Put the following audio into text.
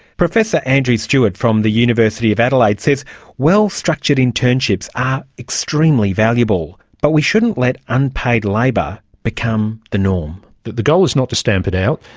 professor andrew stewart from the university of adelaide says well structured internships are extremely valuable, but we shouldn't let unpaid labour become the norm. the the goal is not to stamp it out,